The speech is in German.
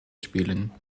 spielen